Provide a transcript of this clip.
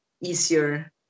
easier